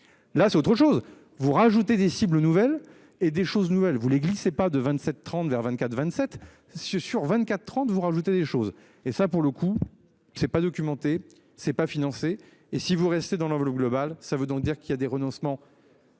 Là c'est autre chose. Vous rajoutez des cibles nouvelles et des choses nouvelles, vous les glissez pas de 27 30 vert. 24 27. Sur 24 30, vous rajoutez des choses et ça pour le coup c'est pas documenté ce pas financé et si vous restez dans l'enveloppe globale. Ça veut donc dire qu'il y a des renoncements.